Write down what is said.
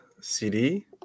CD